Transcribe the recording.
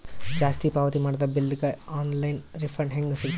ಜಾಸ್ತಿ ಪಾವತಿ ಮಾಡಿದ ಬಿಲ್ ಗ ಆನ್ ಲೈನ್ ರಿಫಂಡ ಹೇಂಗ ಸಿಗತದ?